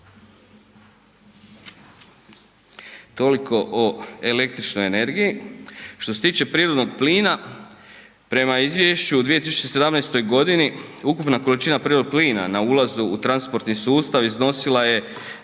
Toliko o električnoj energiji. Što se tiče prirodnog plina prema izvješću u 2018. godini ukupna količina prirodnog plina na ulazu u transportni sustav iznosila je